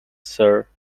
sir